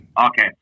Okay